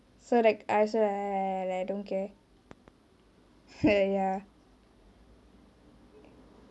so like I also like I don't care !huh! ya